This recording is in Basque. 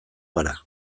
gara